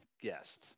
guest